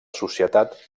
societat